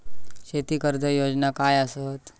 शेती कर्ज योजना काय असा?